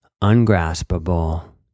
ungraspable